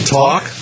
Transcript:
talk